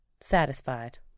satisfied